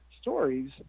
stories